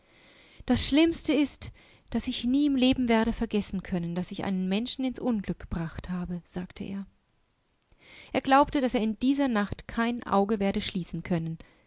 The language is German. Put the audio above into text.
das schlimmste ist daß ich nie im leben werde vergessen können daß ich einen menschen ins unglück gebracht habe sagteer er glaubte daß er in dieser nacht kein auge werde schließen können